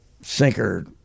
sinker